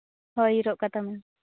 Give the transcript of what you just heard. ᱦᱳᱭ ᱨᱚᱜ ᱠᱟᱛᱟᱢᱟᱹᱧ